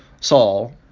Saul